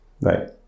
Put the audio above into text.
Right